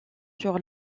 sur